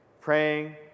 praying